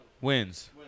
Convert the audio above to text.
wins